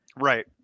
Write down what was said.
Right